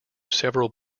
several